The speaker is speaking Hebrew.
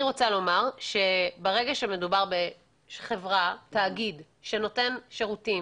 שברגע שמדובר בחברה/תאגיד שנותן שירותים,